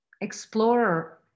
explorer